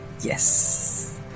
Yes